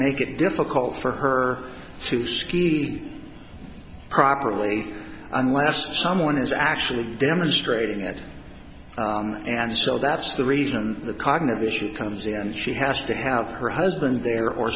make it difficult for her to ski properly unless someone is actually demonstrating that and so that's the reason the cognitive issue comes in and she has to have her husband there or